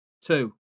Two